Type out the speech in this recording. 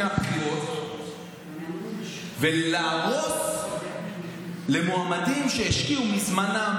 הבחירות ולהרוס למועמדים שהשקיעו מזמנם,